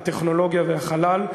הטכנולוגיה והחלל,